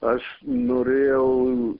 aš norėjau